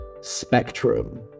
spectrum